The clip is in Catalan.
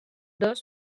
dos